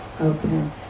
Okay